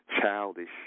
Childish